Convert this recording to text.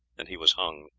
and he was hung.